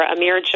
Amir